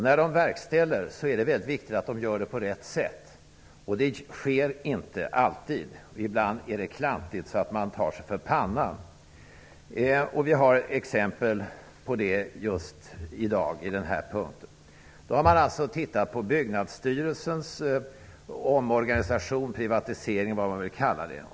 När den verkställer är det väldigt viktigt att den gör det på rätt sätt, och det sker inte alltid. Ibland är det så klantigt att man tar sig för pannan. Vi har exempel på det just i dag på denna punkt. Man har tittat på Byggnadsstyrelsens omorganisation, privatisering eller vad man nu vill kalla det.